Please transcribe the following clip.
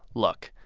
look.